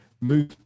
Move